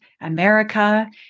America